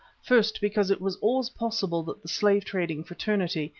first because it was always possible that the slave-trading fraternity,